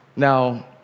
Now